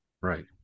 Right